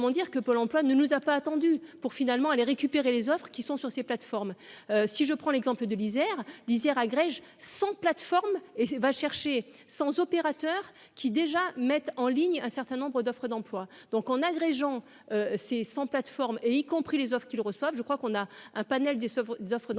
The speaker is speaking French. dire que Pôle emploi ne nous a pas attendu pour finalement aller récupérer les Oeuvres qui sont sur ces plateformes, si je prends l'exemple de l'Isère lisière agrège 100 plateforme et va chercher sans opérateur qui déjà mettre en ligne un certain nombre d'offres d'emploi, donc en agrégeant ses 100 plateformes et y compris les Oeuvres qu'ils reçoivent, je crois qu'on a un panel des des offres d'emploi